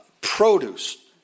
produce